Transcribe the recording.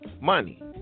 money